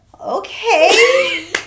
Okay